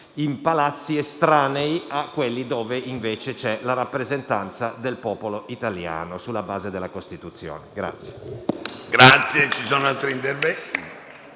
in palazzi estranei a quelli dove, invece, c'è la rappresentanza del popolo italiano, sulla base di quanto indicato